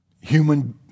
human